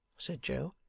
said joe.